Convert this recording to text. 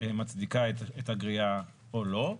מצדיקה את הגריעה או לא?